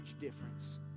difference